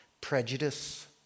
prejudice